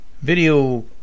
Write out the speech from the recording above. video